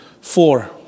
Four